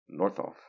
Northoff